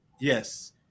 Yes